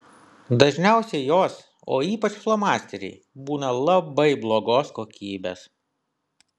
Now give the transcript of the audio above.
dažniausiai jos o ypač flomasteriai būna labai blogos kokybės